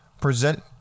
present